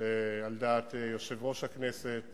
שעל דעת יושב-ראש הכנסת